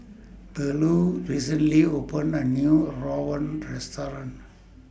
Burleigh recently opened A New Rawon Restaurant